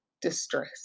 distress